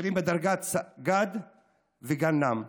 בכירים בדרגות סג"ד וגנ"מ.